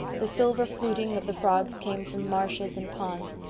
the silver fluting of the frogs came from marshes and ponds,